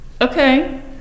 Okay